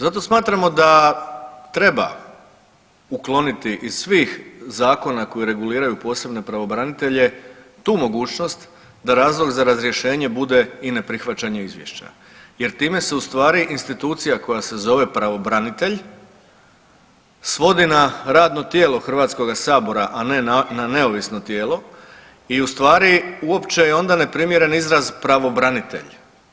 Zato smatramo da treba ukloniti iz svih zakona koji reguliraju posebne pravobranitelje tu mogućnost da razlog za razrješenje bude i neprihvaćanje izvješća, jer time se u stvari institucija koja se zove pravobranitelj svodi na radno tijelo Hrvatskoga sabora, a ne na neovisno tijelo i u stvari uopće je onda neprimjeren izraz pravobranitelj.